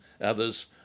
others